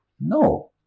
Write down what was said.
No